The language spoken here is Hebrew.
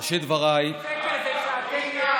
בראשית דבריי, הדבר היחיד שהוא לא שקר הוא שאתם,